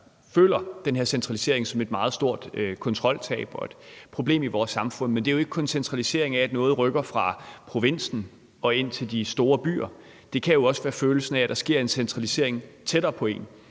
den her centralisering som et meget stort kontroltab og et problem i vores samfund. Men det er jo ikke kun centralisering, i forhold til at noget rykker fra provinsen og ind til de store byer; det kan også være følelsen af, at der sker en centralisering tættere på en,